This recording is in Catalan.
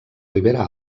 ribera